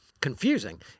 confusing